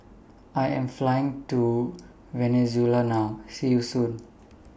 I Am Flying to Venezuela now See YOU Soon